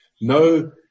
no